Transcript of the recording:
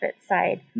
side